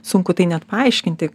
sunku tai net paaiškinti